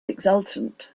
exultant